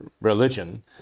religion